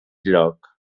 lloc